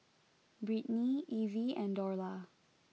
Brittney Ivie and Dorla